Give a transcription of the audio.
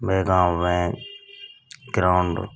वह गाँव में ग्राउंड